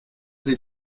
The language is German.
sie